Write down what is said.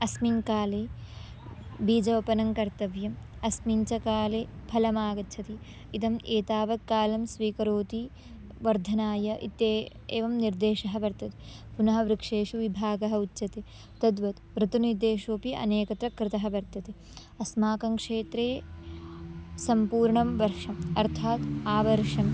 अस्मिन् काले बीजवपनं कर्तव्यम् अस्मिन् च काले फलमागच्छति इदम् एतावत्कालं स्वीकरोति वर्धनाय इति एवं निर्देशः वर्तते पुनः वृक्षेषु विभागः उच्यते तद्वत् ऋतुनिर्देशोपि अनेकत्र कृतः वर्तते अस्माकं क्षेत्रे सम्पूर्णं वर्षं अर्थात् आवर्षं